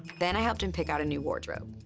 then i helped him pick out a new wardrobe.